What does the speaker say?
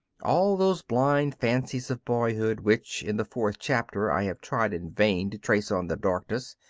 all those blind fancies of boyhood which in the fourth chapter i have tried in vain to trace on the darkness,